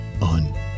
on